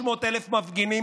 300,000 מפגינים